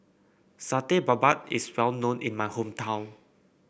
Satay Babat is well known in my hometown